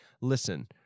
listen